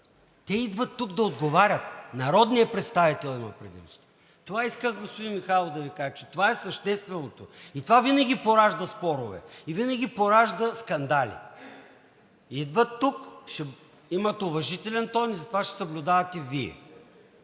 Те идват тук да отговарят. Народният представител има предимство. Това исках, господин Михайлов, да Ви кажа, че това е същественото и винаги поражда спорове, и винаги поражда скандали. Идват тук – ще имат уважителен тон, а за това ще съблюдавате Вие.